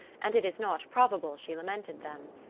and it is not probable she lamented them.